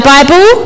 Bible